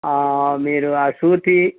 మీరు షూరిటీ